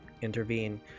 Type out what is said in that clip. intervene